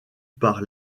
par